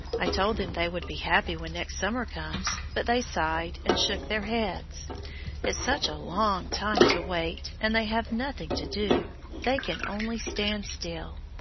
i told them they would be happy when next summer comes, but they sighed and shook their heads it's such a long time to wait, and they have nothing to do they can only stand still.